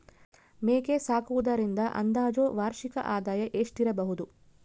ಮೇಕೆ ಸಾಕುವುದರಿಂದ ಅಂದಾಜು ವಾರ್ಷಿಕ ಆದಾಯ ಎಷ್ಟಿರಬಹುದು?